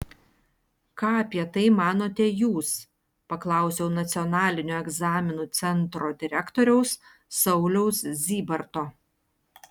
ką apie tai manote jūs paklausiau nacionalinio egzaminų centro direktoriaus sauliaus zybarto